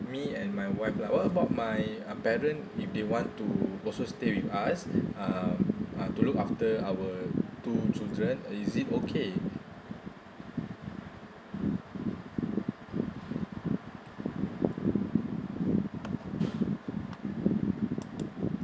me and my wife lah what about my uh parent if they want to also stay with us um uh to look after our two children is it okay